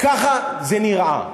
ככה זה נראה.